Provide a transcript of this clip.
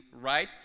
right